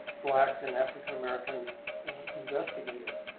black and african-american investigators,